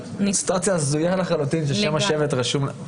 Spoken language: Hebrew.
זאת סיטואציה הזויה לחלוטין ששם השבט רשום.